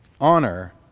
honor